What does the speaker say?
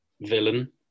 villain